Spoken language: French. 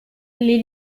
les